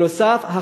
בנוסף,